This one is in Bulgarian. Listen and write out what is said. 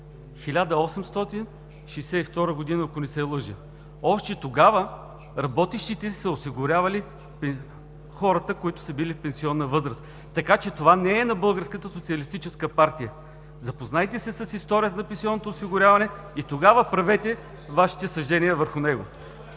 1862 г., ако не се лъжа. Още тогава работещите са осигурявали хората, които са били в пенсионна възраст. Така че това не е на Българската социалистическа партия. Запознайте се с историята на пенсионното осигуряване и тогава правете Вашите съждения върху него.